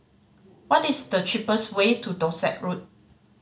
what is the cheapest way to Dorset Road